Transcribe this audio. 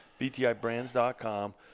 btibrands.com